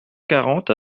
quarante